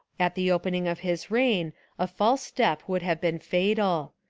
at the opening of his reign a false step would have been fatal.